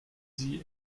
sie